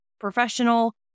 professional